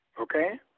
Okay